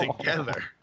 together